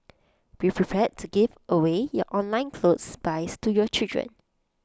be prepared to give away your online clothes buys to your children